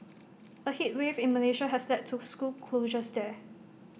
A heat wave in Malaysia has led to school closures there